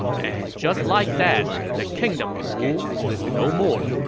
and just like that, the kingdom of wu was no more.